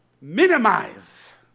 minimize